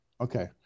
okay